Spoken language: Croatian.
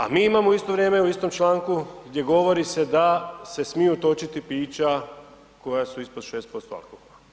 A mi imamo u isto vrijeme, u istom članku gdje govori se da se smiju točiti pića koja su ispod 6% alkohola.